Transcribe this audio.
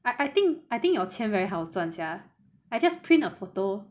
like I think I think your 钱 very 好赚 sia I just print a photo